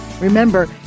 Remember